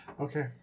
Okay